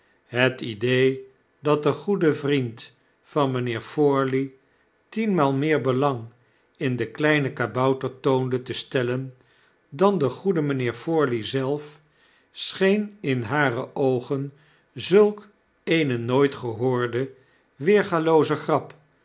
het idee dat de goede vriend van mynheer forley tienmaal meer belang in den kleinen kabouter toonde te stellen dan de goede mynheer forley zelf scheen in hare oogen zulk eene nooit gehoorde weergalooze grap